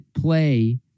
play